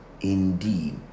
indeed